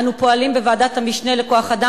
אנו פועלים בוועדת המשנה לכוח-אדם